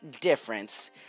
difference